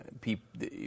people